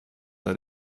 that